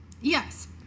yes